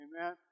Amen